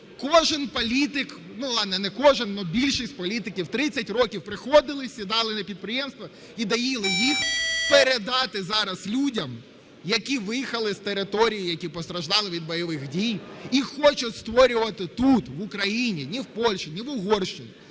кожен політик, не кожен, але більшість політиків, 30 років приходили, сідали на підприємства і доїли їх, передати зараз людям, які виїхали з територій, які постраждали від бойових дій, і хочуть створювати тут, в Україні, не в Польщі, не в Угорщині,